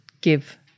give